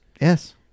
Yes